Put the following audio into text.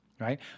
Right